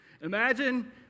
Imagine